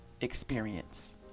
experience